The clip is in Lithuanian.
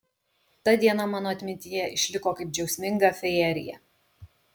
ta diena mano atmintyje išliko kaip džiaugsminga fejerija